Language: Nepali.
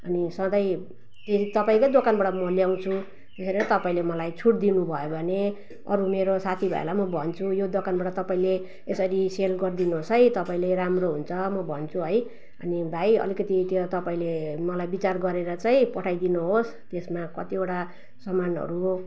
अनि सधै के रे तपाईँकै दोकानबाट म ल्याउँछु तपाईँले मलाई छुट दिनुभयो भने अरू मेरो साथीभाइला पनि भन्छु यो दोकानबाट तपाईँले यसरी सेल गर्दिनुहोस् है तपाईँले राम्रो हुन्छ म भन्छु है अनि भाइ अलिकति त्यो तपाईँले मलाई विचार गरेर चाहिँ पठाइदिनुहोस् त्यसमा कतिवटा समानहरू